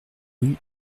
rue